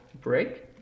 break